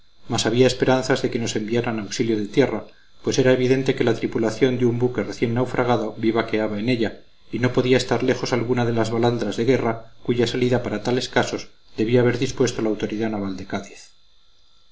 mas había esperanzas de que nos enviaran auxilio de tierra pues era evidente que la tripulación de un buque recién naufragado vivaqueaba en ella y no podía estar lejos alguna de las balandras de guerra cuya salida para tales casos debía haber dispuesto la autoridad naval de